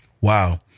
Wow